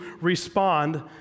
respond